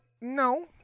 No